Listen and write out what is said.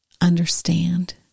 understand